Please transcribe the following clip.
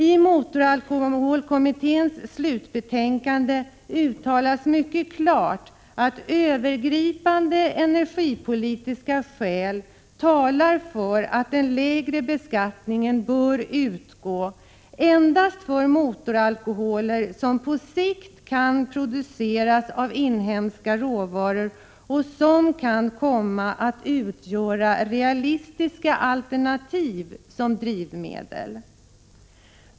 I motoralkoholkommitténs slutbetänkande uttalas det mycket klart att övergripande energipolitiska skäl talar för att den lägre beskattningen bör omfatta endast motoralkoholer som på sikt kan produceras av inhemska råvaror och som kan komma att utgöra realistiska alternativ som drivmedel.